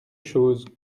chose